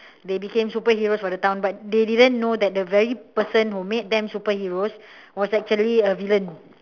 they became superheroes for the town but they didn't know that the very person who made them superheroes was actually a villain